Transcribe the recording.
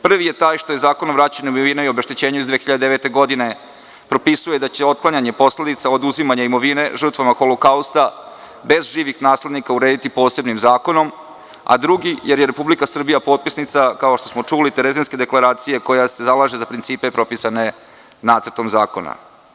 Prvi je taj što je zakonom vraćena imovina i obeštećenje iz 2009. godine, propisuje da će otklanjanje posledica od oduzimanja imovine žrtvama Holokausta bez živih naslednika urediti posebnim zakonom, a drugi jer je Republika Srbija potpisnica Terizinske deklaracije koja se zalaže za principe propisane nacrtom zakona.